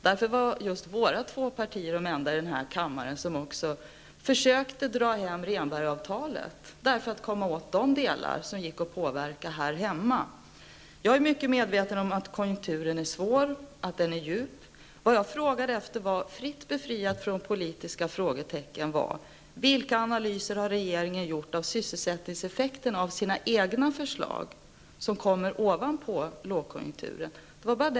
Därför var just våra två partier de enda i den här kammaren som också försökte dra hem Rehnbergavtalet för att komma åt de delar som gick att påverka här hemma. Jag är mycket medveten om att konjunkturen är svår och att den är djup. Jag frågade, fritt från politiska frågetecken, vilka analyser regeringen har gjort av sysselsättningseffekten av sina egna förslag. Dessa kommer ju ovanpå lågkonjunkturen. Detta var frågan.